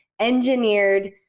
engineered